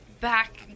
back